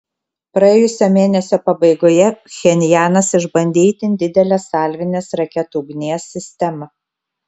praėjusio mėnesio pabaigoje pchenjanas išbandė itin didelę salvinės raketų ugnies sistemą